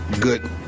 good